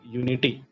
unity